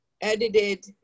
edited